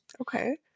Okay